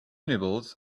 nibbles